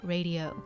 Radio